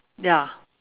ya